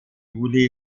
juli